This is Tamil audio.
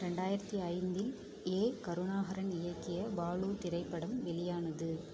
ரெண்டாயிரத்தி ஐந்தில் ஏ கருணாகரன் இயக்கிய பாலு திரைப்படம் வெளியானது